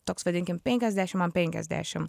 toks vadinkim penkiasdešim ant penkiasdešim